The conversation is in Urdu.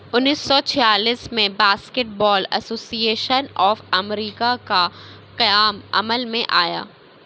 انیس سو چھیالیس میں basketball association of America کا قیام عمل میں آیا